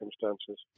circumstances